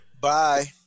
Bye